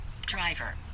Driver